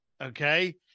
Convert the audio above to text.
okay